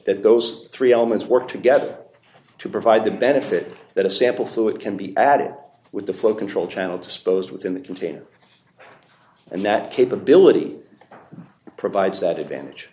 that those three elements work together to provide the benefit that a sample fluid can be added with the flow control channel disposed within the container and that capability provides that advantage